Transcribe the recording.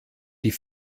die